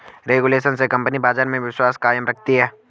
regulation से company बाजार में विश्वास कायम रखती है